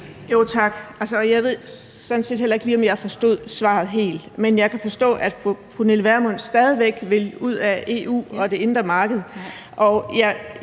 sådan set heller ikke, om jeg forstod svaret helt, men jeg kan forstå, at fru Pernille Vermund stadig vil ud af EU og det indre marked.